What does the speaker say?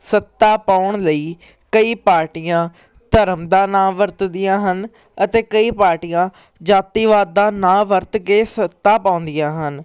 ਸੱਤਾ ਪਾਉਣ ਲਈ ਕਈ ਪਾਰਟੀਆਂ ਧਰਮ ਦਾ ਨਾਂ ਵਰਤਦੀਆਂ ਹਨ ਅਤੇ ਕਈ ਪਾਰਟੀਆਂ ਜਾਤੀਵਾਦ ਦਾ ਨਾਂ ਵਰਤ ਕੇ ਸੱਤਾ ਪਾਉਂਦੀਆਂ ਹਨ